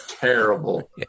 terrible